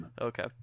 Okay